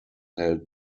held